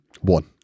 One